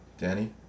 Danny